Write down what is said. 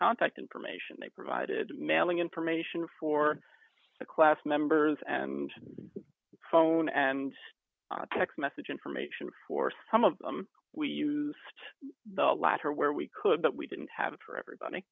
contact information they provided mailing information for the class members and phone and text message information for some of them we used the latter where we could but we didn't have for everybody